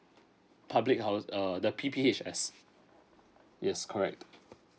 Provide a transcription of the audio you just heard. public house err the P P H S yes correct